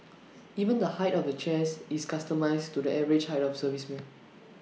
even the height of the chairs is customised to the average height of servicemen